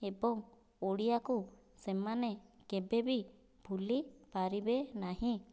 ଏବଂ ଓଡ଼ିଆକୁ ସେମାନେ କେବେ ବି ଭୁଲି ପାରିବେ ନାହିଁ